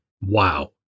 Wow